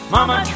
Mama